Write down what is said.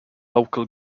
local